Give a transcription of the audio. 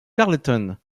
carleton